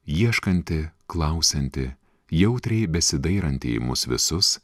ieškanti klausianti jautriai besidairanti į mus visus